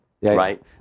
right